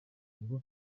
ngo